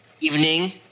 evening